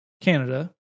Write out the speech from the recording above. Canada